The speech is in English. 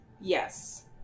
Yes